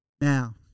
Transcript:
Now